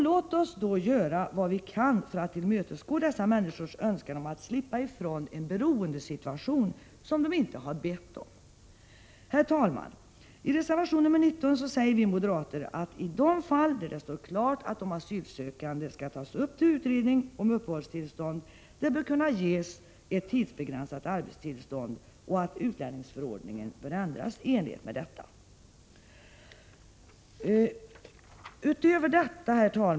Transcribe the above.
— Låt oss då göra vad vi kan för att tillmötesgå dessa människors önskan om att slippa ifrån en beroendesituation, som de inte har bett om! Herr talman! I reservation 19 säger vi moderater att det i de fall där det står klart att den asylsökandes fall skall tas upp till utredning om uppehållstillstånd bör kunna ges ett tidsbegränsat arbetstillstånd och att utlänningsförordningen bör ändras i enlighet med detta.